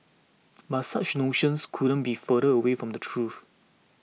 but such notions couldn't be further away from the truth